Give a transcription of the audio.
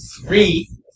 three